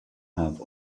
have